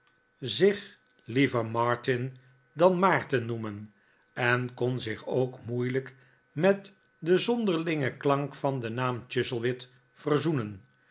zich liever martin dan maarten noemen en kon zich ook moeilijk met den zonderlingen klank van den naam chuzzlewit verzoenen